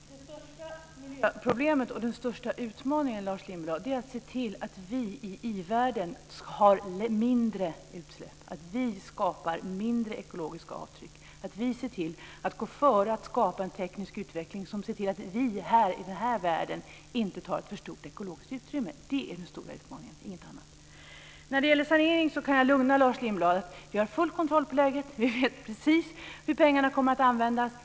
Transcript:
Fru talman! Vad först avser miljöproblemet är den största utmaningen, Lars Lindblad, att se till att vi i ivärlden ska åstadkomma mindre utsläpp. Vi ska skapa mindre ekologiska avtryck, och vi ska gå före med att skapa en teknisk utveckling som gör att vi i den här delen av världen inte tar för stort ekologiskt utrymme. Det och inget annat är den stora utmaningen. När det gäller sanering kan jag lugna Lars Lindblad. Vi har full kontroll på läget, och vi vet precis hur pengarna kommer att användas.